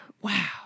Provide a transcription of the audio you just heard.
wow